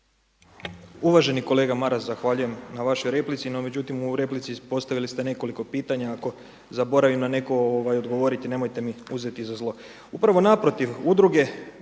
Uvaženi kolega Maras zahvaljujem na vašoj replici. No međutim u replici postavili ste nekoliko pitanja, ako zaboravim na neko odgovoriti nemojte mi uzeti za zlo.